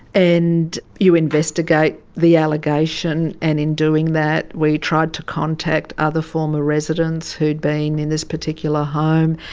and you investigate the allegation and in doing that we tried to contact other former residents who had been in this particular home,